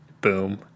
Boom